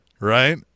Right